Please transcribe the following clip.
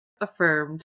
affirmed